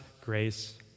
grace